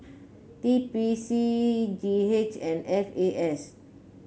T P C G H and F A S